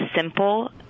simple